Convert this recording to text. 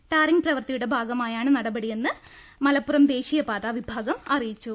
tarring പ്രവൃത്തിയുടെ ഭാഗമായാണ് നട പടിയെന്ന് മലപ്പുറം ദേശീയപാതാവിഭാഗം അറിയിച്ചു